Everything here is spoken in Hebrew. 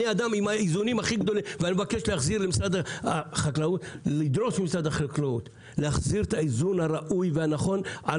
אני מבקש לדרוש ממשרד החקלאות להחזיר את האיזון הראוי והנכון על